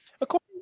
according